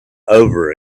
over